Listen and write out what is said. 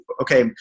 Okay